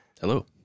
hello